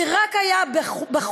שרק היה בחוליה,